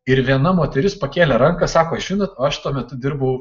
ir viena moteris pakėlė ranką sako žinot aš tuo metu dirbau